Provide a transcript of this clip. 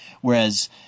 whereas